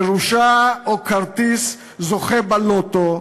ירושה או כרטיס זוכה בלוטו,